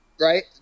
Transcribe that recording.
right